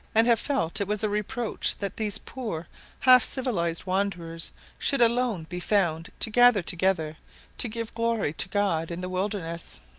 and have felt it was a reproach that these poor half-civilized wanderers should alone be found to gather together to give glory to god in the wilderness.